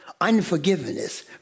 unforgiveness